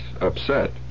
upset